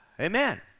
Amen